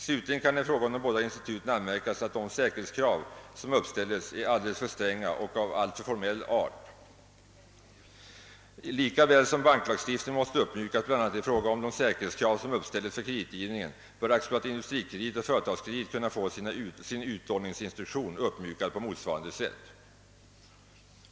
Slutligen kan i fråga om de båda instituten anmärkas att de säkerhetskrav som uppställes är alldeles för stränga och av alltför formell art. Lika väl som banklagstiftningen måste uppmjukas, bl.a. i fråga om de säkerhetskrav som uppställes för kreditgivningen, bör AB Industrikredit och AB Företagskredit kunna få sin utlåningsinstruktion uppmjukad på motsvarande sätt.